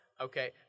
Okay